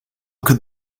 could